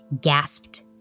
gasped